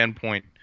point